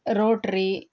rotary